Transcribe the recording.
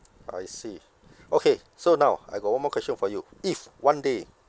I see okay so now I got one more question for you if one day